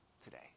today